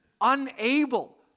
unable